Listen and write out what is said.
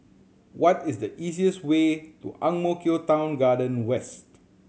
what is the easiest way to Ang Mo Kio Town Garden West